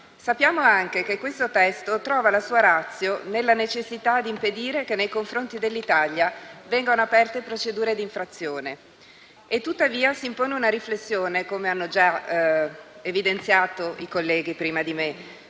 Sappiamo pure che questo testo trova la sua *ratio* nella necessità di impedire che nei confronti dell'Italia vengano aperte procedure d'infrazione. Tuttavia, si impone una riflessione - come già evidenziato dai colleghi intervenuti